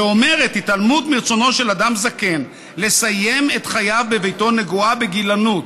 ואומרת: התעלמות מרצונו של אדם זקן לסיים את חייו בביתו נגועה בגילנות.